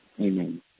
Amen